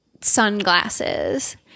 sunglasses